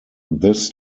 this